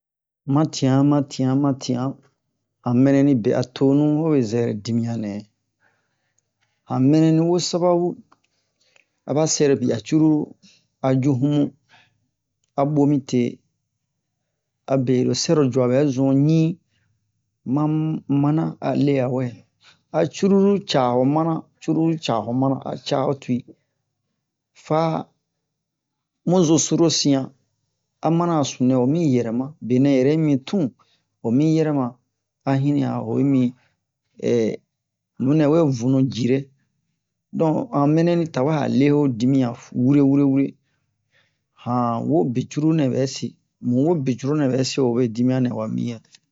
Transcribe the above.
ma tian ma tian ma tian han mɛnɛni be tonu hobe zɛrɛ dimiyan nɛ han mɛnɛni wo sababu aba cɛrobiya curulu a ju hunmu a ɓɔ mite abero sɛrocuwa ɓɛ zun ɲin ma manna a le'a wɛ curulu caa ho mana curulu caa ho mana a caa ho tuwi fa mu zo su ro siyan a manna a sunu nɛ homi yɛrɛma benɛ yɛrɛ yi mi tun homi yɛrɛma a hini nunɛ we vunu ci-re donk han mɛnɛni tawɛ a lee ho dimiyan wure wure wure han wo be curulu nɛ ɓɛse mu wo be curulu nɛbɛ hobe dimiyan nɛ wa mi yɛ